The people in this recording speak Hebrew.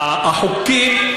החוקים,